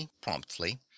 promptly